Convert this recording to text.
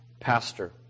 pastor